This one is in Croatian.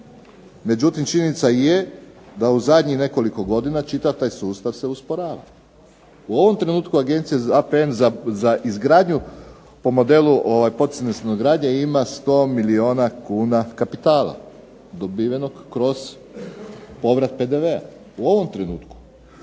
međutim činjenica je da u zadnjih nekoliko godina čitav taj sustav se usporava. U ovom trenutku agencija, APN za izgradnju po modelu poticajne stanogradnje ima 100 milijuna kuna kapitala dobivenog kroz povrat PDV-a. U ovom trenutku.